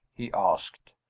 he asked.